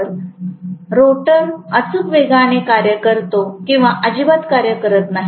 तर रोटर अचूक वेगाने कार्य करतो किंवा अजिबात कार्य करत नाही